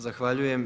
Zahvaljujem.